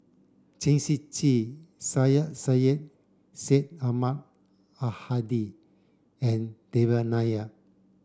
Chen Shiji Syed Sheikh Syed Ahmad Al Hadi and Devan Nair